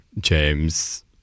james